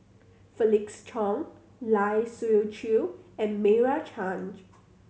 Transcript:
Felix Cheong Lai Siu Chiu and Meira Chand